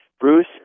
Bruce